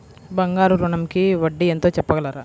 బంగారు ఋణంకి వడ్డీ ఎంతో చెప్పగలరా?